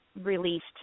released